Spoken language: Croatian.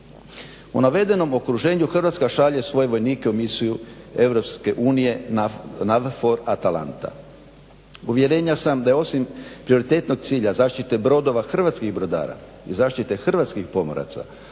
U navedenom okruženju Hrvatska šalje svoje vojnike u misiju EU NAVFOR-Atalanta. Uvjerenja sam da osim prioritetnog cilja zaštite brodova hrvatskih brodara i zaštite hrvatskih pomoraca